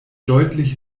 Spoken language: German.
deutlich